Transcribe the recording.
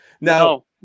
now